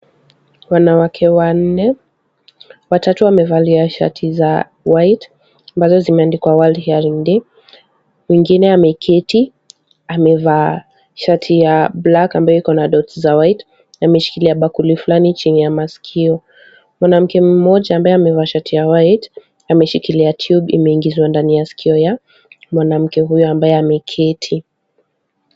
Wanawake wanne watatu wamevalia shati za white ambazo zimeandikwa World Hearing Day . Mwengine ameketi amevaa shati ya black ambayo iko na dots za white na ameshikilia bakuli fulani chini ya masikio. Mwanamke mmoja ambaye amevaa shati ya white ameshikilia tube imeingizwa ndani ya sikio ya mwanamke huyo ambaye ameketi.